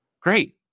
Great